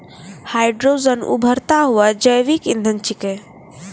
hydrogen उभरता हुआ जैविक इंधन छिकै